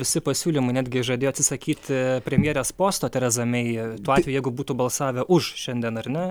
visi pasiūlymai netgi žadėjo atsisakyti premjerės posto teraza mei tuo atveju jeigu būtų balsavę už šiandien ar ne